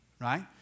right